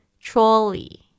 trolley